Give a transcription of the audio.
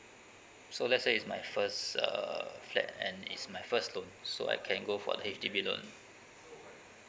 so let's say is my first uh flat and it's my first loan so I can go for H_D_B loan